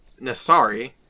Nasari